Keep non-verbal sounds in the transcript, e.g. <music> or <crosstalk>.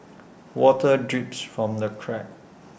<noise> water drips from the cracks